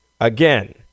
Again